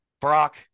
Brock